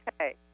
Okay